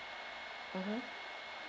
mmhmm